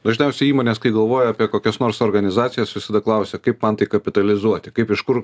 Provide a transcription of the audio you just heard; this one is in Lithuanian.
dažniausiai įmonės kai galvoja apie kokias nors organizacijas visada klausia kaip man tai kapitalizuoti kaip iš kur